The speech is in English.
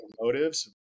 motives